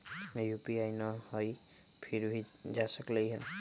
UPI न हई फिर भी जा सकलई ह?